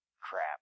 crap